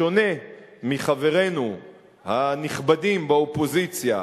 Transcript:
בשונה מחברינו הנכבדים באופוזיציה,